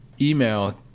email